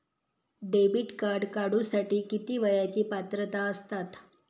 Debit card काढूसाठी किती वयाची पात्रता असतात?